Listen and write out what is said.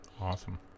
Awesome